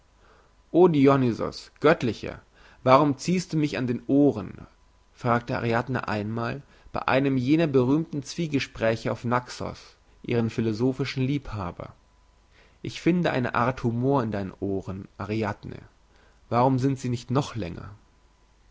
oh dionysos göttlicher warum ziehst du mich an den ohren fragte ariadne einmal bei einem jener berühmten zwiegespräche auf naxos ihren philosophischen liebhaber ich finde eine art humor in deinen ohren ariadne warum sind sie nicht noch länger